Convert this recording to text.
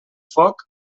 foc